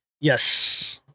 Yes